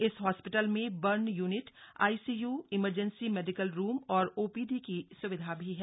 इस हॉस्पिटल में burn unit I C U emergency medical room और ओ पी डी की सुविधा भी है